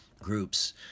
groups